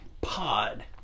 Pod